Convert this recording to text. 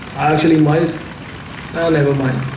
actually might i'll never mind